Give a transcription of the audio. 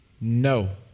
No